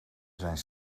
zijn